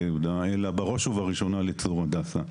יהודה אלא בראש ובראשונה לצור הדסה.